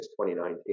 2019